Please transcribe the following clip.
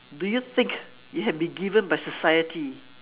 do you think you have been given by society